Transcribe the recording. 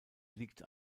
liegt